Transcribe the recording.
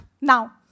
now